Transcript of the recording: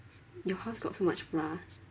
your house got so much flour